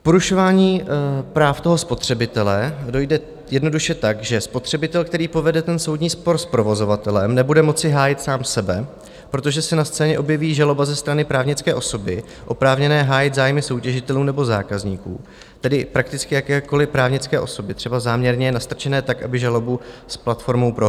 K porušování práv spotřebitele dojde jednoduše tak, že spotřebitel, který povede soudní spor s provozovatelem, nebude moci hájit sám sebe, protože se na scéně objeví žaloba ze strany právnické osoby oprávněné hájit zájmy soutěžitelů nebo zákazníků, tedy prakticky jakékoli právnické osoby, třeba záměrně nastrčené tak, aby žalobu s platformou prohrála.